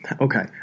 Okay